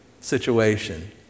situation